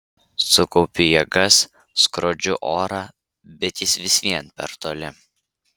sukaupiu jėgas skrodžiu orą bet jis vis vien per toli